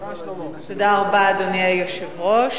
אדוני היושב-ראש,